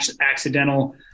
accidental